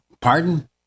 pardon